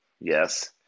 yes